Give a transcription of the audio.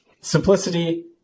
simplicity